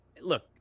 Look